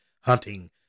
hunting